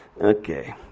Okay